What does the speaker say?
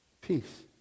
peace